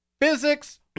physics